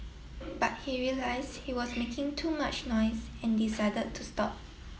but he realized he was making too much noise and decided to stop